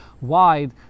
wide